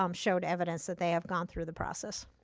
um showed evidence that they have gone through the process.